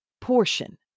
portion